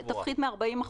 תפחית מ-40%,